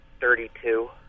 Thirty-two